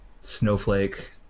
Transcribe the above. Snowflake